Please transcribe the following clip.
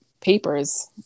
papers